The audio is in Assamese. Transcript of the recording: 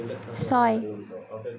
ছয়